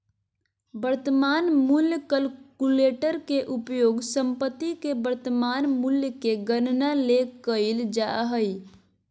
वर्तमान मूल्य कलकुलेटर के उपयोग संपत्ति के वर्तमान मूल्य के गणना ले कइल जा हइ